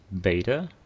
beta